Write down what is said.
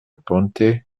ponte